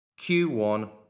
Q1